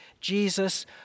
Jesus